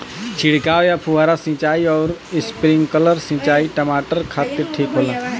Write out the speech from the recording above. छिड़काव या फुहारा सिंचाई आउर स्प्रिंकलर सिंचाई टमाटर खातिर ठीक होला?